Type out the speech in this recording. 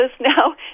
now